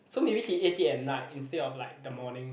so maybe he ate it at night instead of like the morning